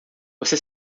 você